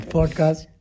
Podcast